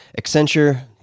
Accenture